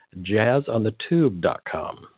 jazzonthetube.com